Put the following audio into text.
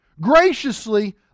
graciously